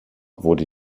wurde